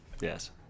Yes